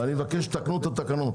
אני מבקש לתקן את התקנות.